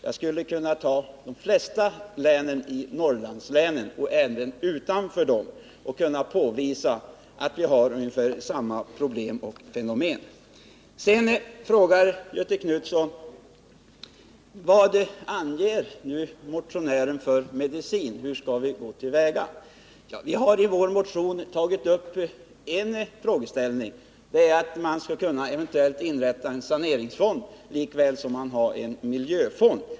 Jag skulle kunna nämna de flesta norrlandslänen och påvisa att samma problem föreligger överallt. Sedan frågar Göthe Knutson vilken medicin motionären vill föreskriva. Hur skall vi gå till väga, säger han. I vår motion har vi tagit upp en frågeställning: Man skulle eventuellt kunna inrätta en saneringsfond på samma sätt som man har en miljöfond.